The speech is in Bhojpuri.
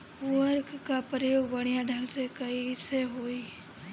उर्वरक क प्रयोग बढ़िया ढंग से कईसे होई?